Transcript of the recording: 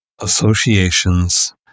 associations